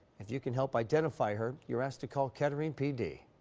if you can help identify her. you're asked to call kettering p d.